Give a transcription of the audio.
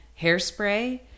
hairspray